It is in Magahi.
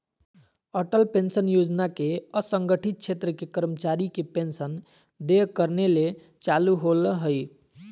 अटल पेंशन योजना के असंगठित क्षेत्र के कर्मचारी के पेंशन देय करने ले चालू होल्हइ